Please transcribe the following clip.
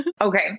Okay